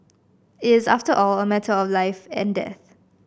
it is after all a matter of life and death